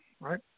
right